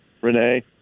Renee